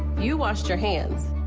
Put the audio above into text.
you wash your hands.